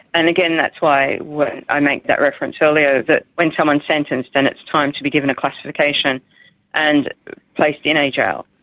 and again, that's why why i made that reference earlier, that when someone is sentenced and it's time to be given a classification and placed in a jail,